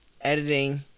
editing